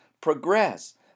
progress